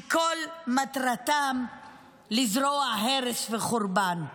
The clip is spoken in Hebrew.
שכל מטרתם היא לזרוע הרס וחורבן.